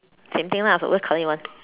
same thing lah but what color you want